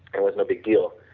it was no big deal,